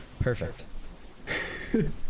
Perfect